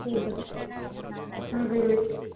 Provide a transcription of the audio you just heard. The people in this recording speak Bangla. ঠিক আছে হুম হুম হুম